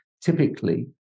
typically